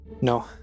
No